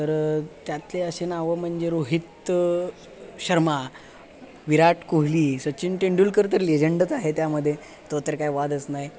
तर त्यातले असे नावं म्हणजे रोहित शर्मा विराट कोहली सचिन तेंडुलकर तर लिजेंडच आहे त्यामध्ये तो तर काय वादच नाही